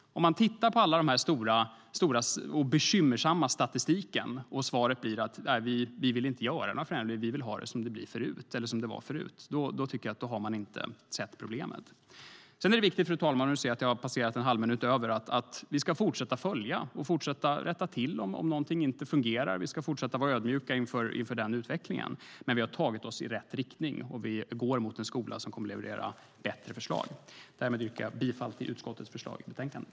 Om man ser den bekymmersamma statistiken och säger att man inte vill göra någon förändring utan ha det som det var förut har man inte sett problemen. Vi ska fortsätta att följa upp detta. Vi ska rätta till sådant som inte fungerar och vi ska vara ödmjuka inför utvecklingen. Men vi har tagit oss i rätt riktning, och vi går mot en skola som kommer att leverera bättre förslag. Därmed yrkar jag bifall till utskottets förslag i betänkandet.